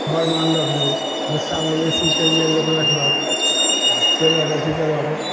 घरमे आनलक लोक भुस्सा मवेशीके लिए लोक रखलक खुएलक अथी कएलक